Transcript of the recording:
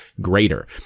greater